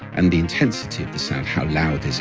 and the intensity of the sound how loud